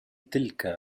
تلك